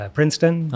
Princeton